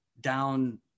down